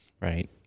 Right